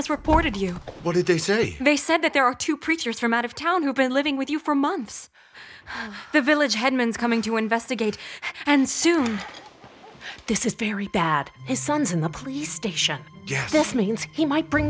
has reported you what did they say they said that there are two preachers from out of town who've been living with you for months the village headmen is coming to investigate and soon this is very bad his sons in the police station yes this means he might bring